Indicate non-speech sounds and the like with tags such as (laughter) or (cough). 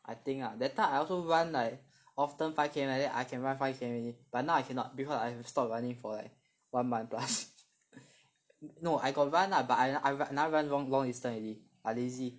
I think lah that time I also run like often five K_M like then I can run five K_M already but now I cannot because I stop running for like one month plus (laughs) no I got run lah but I I never run long long distance already I lazy